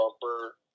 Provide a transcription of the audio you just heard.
bumper